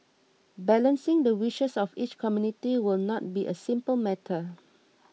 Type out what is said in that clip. balancing the wishes of each community will not be a simple matter